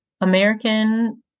American